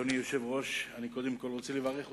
אדוני היושב-ראש, אני קודם כול רוצה לברך אותך.